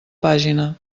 pàgina